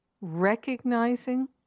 recognizing